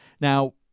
Now